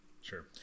sure